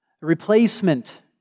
replacement